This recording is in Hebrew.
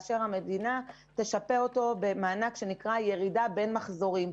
המדינה תשפה את הגן במענק ירידה בין מחזורים.